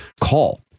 Call